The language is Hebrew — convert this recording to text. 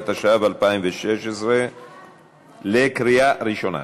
התשע"ו 2016. קריאה ראשונה,